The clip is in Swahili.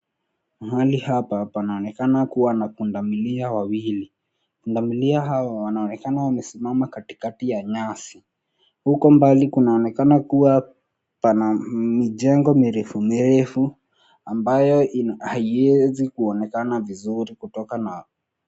Mahali hapa panaonekana kuwa na pundamilia wawili. Pundamilia hawa, wanaonekana wamesimama katikati ya nyasi. Huko mbali kunaonekana kuwa pana mijengo mirefu mirefu ambayo haiwezi kuonekana vizuri kutoka na.